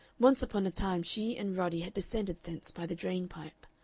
once upon a time she and roddy had descended thence by the drain-pipe.